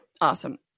Awesome